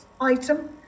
item